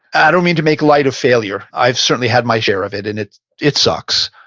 i don't mean to make light of failure. i've certainly had my share of it and it it sucks,